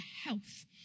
health